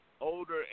older